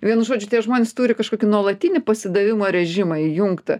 vienu žodžiu tie žmonės turi kažkokį nuolatinį pasidavimo režimą įjungtą